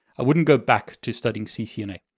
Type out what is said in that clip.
i wouldn't go back to studying ccna.